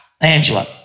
Angela